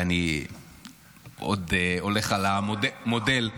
ואני עוד הולך על המודל,